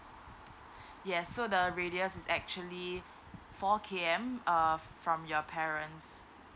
yes so the radius is actually four km uh from your parents